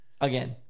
Again